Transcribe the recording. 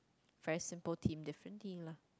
very simple team differently lah